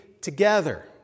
together